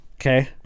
okay